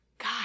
God